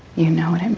you know what and